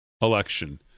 election